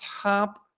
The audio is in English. top